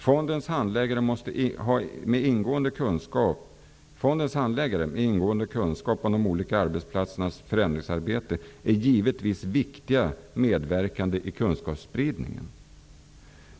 Fondens handläggare, med ingående kunskap om de olika arbetsplatsernas förändringsarbete, är givetvis viktiga medverkande i kunskapsspridningen.